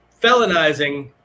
felonizing